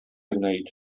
wneud